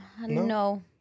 no